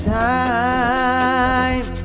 time